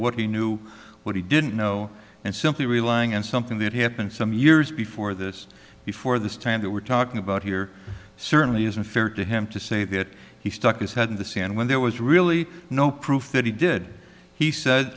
what he knew what he didn't know and simply relying on something that had been some years before this before this time that we're talking about here certainly isn't fair to him to say that he stuck his head in the sand when there was really no proof that he did he said